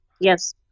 Yes